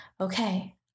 okay